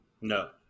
No